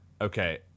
Okay